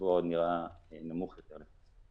השבוע עוד נראה נמוך יותר.